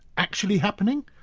actually happening?